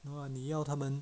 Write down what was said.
no ah 你要他们